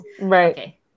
Right